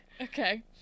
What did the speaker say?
Okay